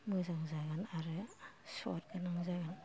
मोजां जागोन आरो स्वाद गोनां जागोन